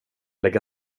lägga